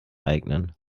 eignen